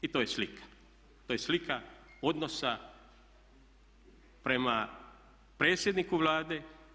I to je slika, to je slika odnosa prema predsjedniku Vlade.